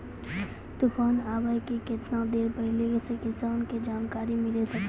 तूफान आबय के केतना देर पहिले किसान के जानकारी मिले सकते?